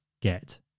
get